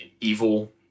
evil